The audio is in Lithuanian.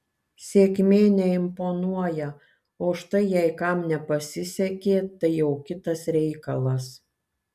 sėkmė neimponuoja o štai jei kam nepasisekė tai jau kitas reikalas